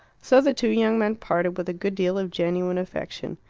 so the two young men parted with a good deal of genuine affection.